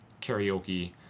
karaoke